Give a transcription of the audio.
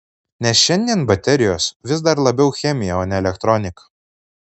nes šiandien baterijos vis dar labiau chemija o ne elektronika